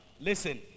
listen